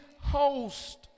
host